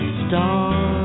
star